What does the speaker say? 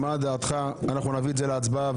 דעתך נשמעה נביא את זה להצבעה.